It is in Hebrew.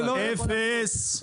אפס, אפס.